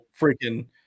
freaking